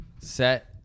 set